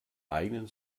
eignen